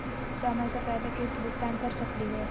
समय स पहले किस्त भुगतान कर सकली हे?